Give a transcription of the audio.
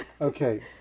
Okay